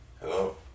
Hello